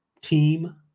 team